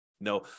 No